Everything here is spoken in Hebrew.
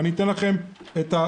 אני אתן לכם דוגמה,